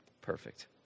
perfect